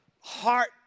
heart